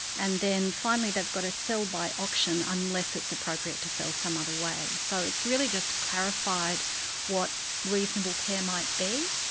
and then finally they've got to sell by auction unless it's appropriate to sell some other way. so it's really just clarified what reasonable care might be.